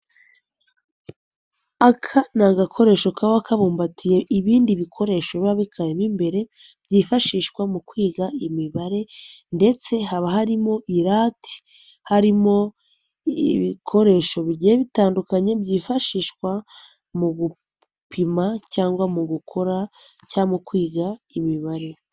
Aka ni agakoresho kaba kabumbatiye ibindi bikoresho biba bikarimo imbere, byifashishwa mu kwiga imibare ndetse haba harimo irate, harimo ibikoresho bitandukanye byifashishwa mu gupima cyangwa mu gukora cyangwa kwiga imibare.